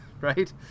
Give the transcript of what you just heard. right